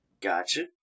gotcha